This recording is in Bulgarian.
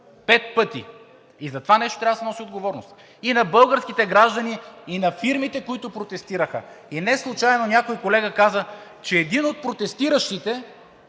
пет пъти. И за това нещо трябва да се носи отговорност. И на българските граждани, и на фирмите, които протестираха, и неслучайно някой колега каза, че един от протестиращите